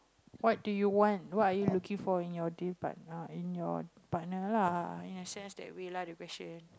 what do you want what are you looking for in your dream partner in your partner lah in a sense that way lah the question